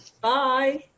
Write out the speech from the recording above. Bye